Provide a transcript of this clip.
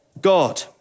God